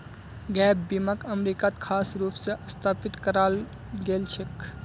gap बीमाक अमरीकात खास रूप स स्थापित कराल गेल छेक